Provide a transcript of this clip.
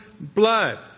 blood